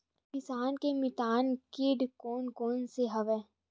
किसान के मितान कीट कोन कोन से हवय?